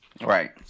right